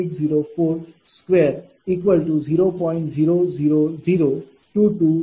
00022939 p